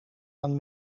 aan